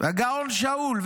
והגאון שאול.